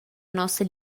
nossa